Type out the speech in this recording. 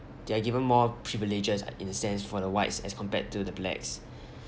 they're given more privileges in a sense for the whites as compared to the blacks